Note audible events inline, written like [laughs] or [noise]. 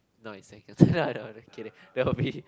no I think [laughs] no I don't want just kidding don't be